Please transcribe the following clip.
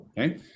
Okay